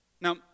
Now